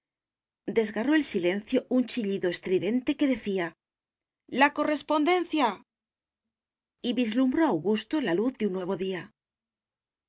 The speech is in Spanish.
desgarró el silencio un chillido estridente que decía la correspondencia y vislumbró augusto la luz de un nuevo día